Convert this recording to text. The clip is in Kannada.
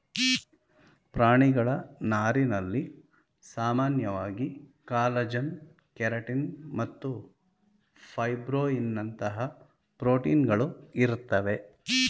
ಪ್ರಾಣಿಗಳ ನಾರಿನಲ್ಲಿ ಸಾಮಾನ್ಯವಾಗಿ ಕಾಲಜನ್ ಕೆರಟಿನ್ ಮತ್ತು ಫೈಬ್ರೋಯಿನ್ನಂತಹ ಪ್ರೋಟೀನ್ಗಳು ಇರ್ತವೆ